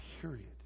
Period